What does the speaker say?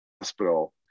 hospital